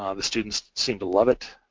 um the students seem to love it.